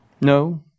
No